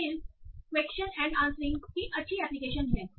फिर question and answering की अच्छी एप्लीकेशन है